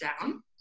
down